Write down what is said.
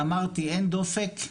הקורס, אמרתי, אין דופק.